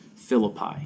Philippi